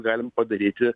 galim padaryti